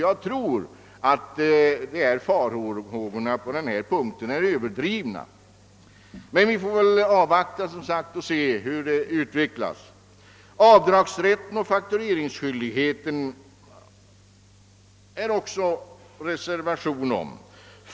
Jag tror därför att farhågorna på denna punkt är överdrivna, men vi får väl avvakta och se hur det hela utvecklas. Om avdragsrätten och faktureringsskyldigheten har det också avgivits reservationer.